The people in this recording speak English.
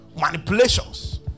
manipulations